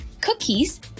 cookies